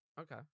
Okay